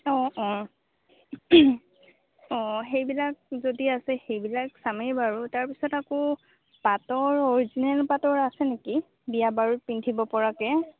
অঁ অঁ অঁ সেইবিলাক যদি আছে সেইবিলাক চামেই বাৰু তাৰ উপৰি আকৌ পাটৰ অৰিজিনেল পাটৰ আছে নেকি বিয়া বাৰুত পিন্ধিব পৰাকৈ